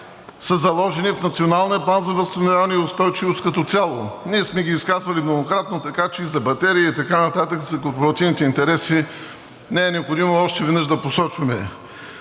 са заложени в националния План за възстановяване и устойчивост като цяло, ние сме ги изказвали многократно – и за батерии, и така нататък за корпоративните интереси. Не е необходимо още веднъж да посочваме.